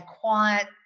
quiet